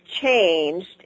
changed